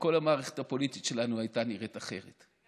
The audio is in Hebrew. כל המערכת הפוליטית שלנו הייתה נראית אחרת.